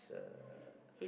uh